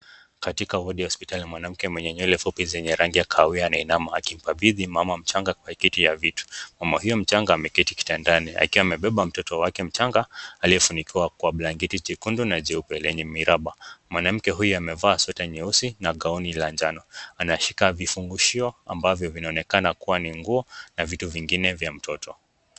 Katika wodi ya hospitali, mwanamke mwenye nywele fupi zenye rangi ya kahawia anainama akimpa bidhi mama mchanga kwa ikito ya vitu. Mama huyo mchanga ameketi kitandani, akiwa amebeba mtoto wake mchanga aliyefunikwa kwa blanketi jekundu na jeupe lenye miraba. Mwanamke huyu amevaa sweta nyeusi na gauni la njano. Anashika vifungushio ambavyo vinaonekana kuwa ni nguo na vitu vingine vya mtoto.